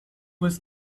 was